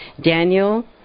Daniel